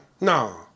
No